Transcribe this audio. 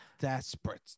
Desperate